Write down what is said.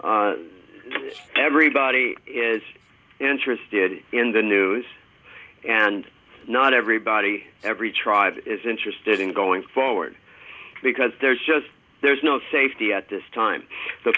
and everybody is interested in the news and not everybody every tribe is interested in going forward because there's just there's no safety at this time the